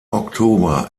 oktober